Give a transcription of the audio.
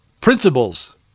principles